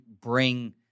bring